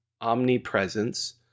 omnipresence